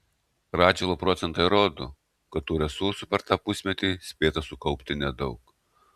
radžvilo procentai rodo kad tų resursų per tą pusmetį spėta sukaupti nedaug